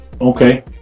Okay